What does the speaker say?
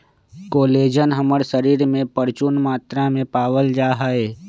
collagen हमर शरीर में परचून मात्रा में पावल जा हई